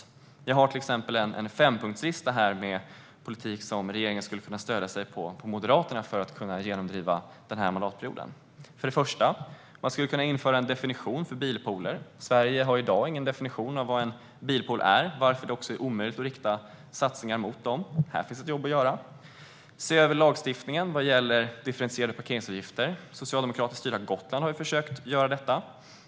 Moderaterna har till exempel en fempunktslista med politiska förslag som regeringen skulle kunna genomdriva under denna mandatperiod med stöd från oss. Inför en definition av bilpooler! Sverige har i dag ingen definition av vad en bilpool är. Därför är det omöjligt att rikta satsningar till sådana. Här finns ett jobb att göra. Se över lagstiftningen för differentierade parkeringsavgifter! Socialdemokratiskt drivna Gotland har försökt att införa sådana.